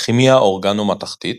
כימיה אורגנומתכתית,